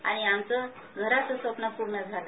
आणि आमचं घराचं स्वप्न पूर्ण झालं